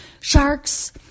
sharks